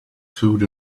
food